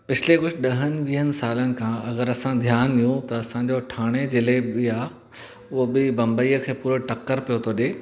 पिछले कुझु ॾहनि वीहनि सालनि खां अगरि असां ध्यान ॾियूं त असांजो ठाणे ज़िले बि आहे उहो ॿिए बंबई खे पूरो टकर थो ॾिए